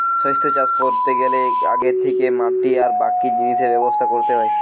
শস্য চাষ কোরতে গ্যালে আগে থিকে মাটি আর বাকি জিনিসের ব্যবস্থা কোরতে হয়